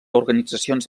organitzacions